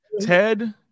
Ted